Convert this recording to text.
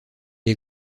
est